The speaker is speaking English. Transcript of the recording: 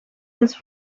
this